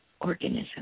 organism